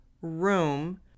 room